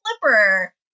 flipper